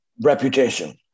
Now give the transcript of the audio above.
reputation